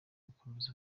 gukomeza